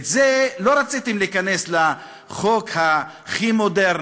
את זה לא רציתם להכניס לחוק הכי modern,